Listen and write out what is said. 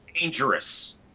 Dangerous